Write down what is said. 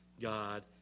God